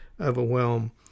overwhelm